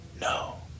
no